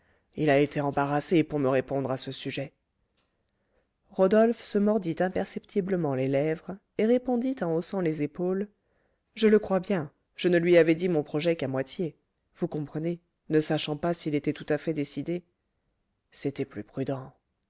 il a été embarrassé pour me répondre à ce sujet rodolphe se mordit imperceptiblement les lèvres et répondit en haussant les épaules je le crois bien je ne lui avais dit mon projet qu'à moitié vous comprenez ne sachant pas s'il était tout à fait décidé c'était plus prudent